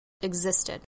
existed